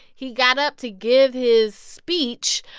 he got up to give his speech,